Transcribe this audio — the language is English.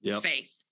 faith